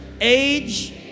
age